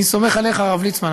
אני סומך עליך, הרב ליצמן.